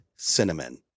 Cinnamon